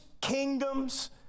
kingdoms